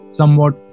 somewhat